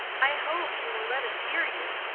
i hope you will let us hear you.